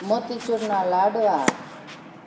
મોતી ચૂરના લાડવા